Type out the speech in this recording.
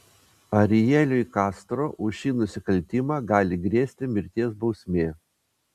arieliui castro už šį nusikaltimą gali grėsti mirties bausmė